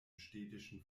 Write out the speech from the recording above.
städtischen